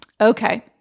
okay